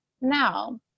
Now